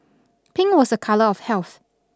pink was a colour of health